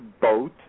boat